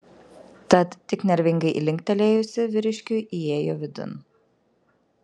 tad tik nervingai linktelėjusi vyriškiui įėjo vidun